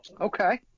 Okay